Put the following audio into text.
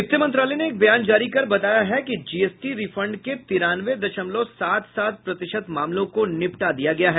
वित्त मंत्रालय ने एक बयान जारी कर बताया है कि जीएसटी रिफंड के तिरानवे दशमलव सात सात प्रतिशत मामलों को निपटा दिया गया है